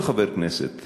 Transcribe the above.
כל חבר כנסת